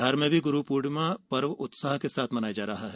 धार में भी गुरुपूर्णिमा उत्साह के साथ मनाया जा रही है